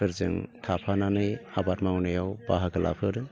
फोरजों थाफानानै आबाद मावनायाव बाहागो लाफादों